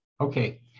Okay